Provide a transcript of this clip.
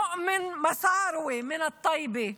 מואמן מסארוה מטייבה,